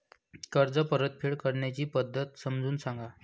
कर्ज परतफेड करण्याच्या पद्धती समजून सांगा